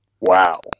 Wow